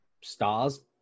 stars